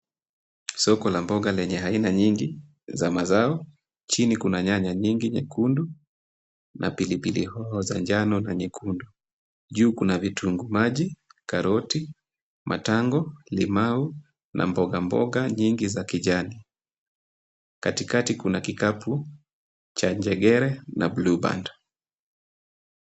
Soko la mboga lenye aina nyingi za mazao, chini kuna nyanya nyingi nyekundu na pilipili hoho za njano na nyekundu. Juu kuna vitunguu maji, karoti, matango, limau na mboga mboga nyingi za kijani. Katikati kuna kikapu cha njegere na blue band .